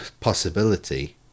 possibility